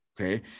Okay